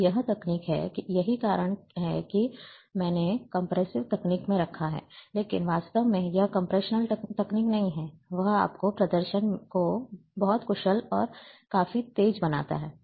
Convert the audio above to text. और यह तकनीक है यही कारण है कि मैंने कम्प्रेसिव तकनीक में रखा है लेकिन वास्तव में यह कम्प्रेसनल तकनीक नहीं है यह आपके प्रदर्शन को बहुत कुशल और काफी तेज बनाता है